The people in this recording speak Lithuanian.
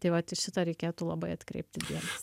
tai vat į šitą reikėtų labai atkreipti dėmesį